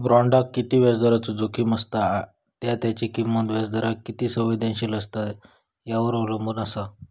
बॉण्डाक किती व्याजदराचो जोखीम असता त्या त्याची किंमत व्याजदराक किती संवेदनशील असता यावर अवलंबून असा